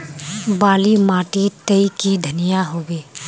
बाली माटी तई की धनिया होबे?